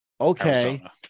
Okay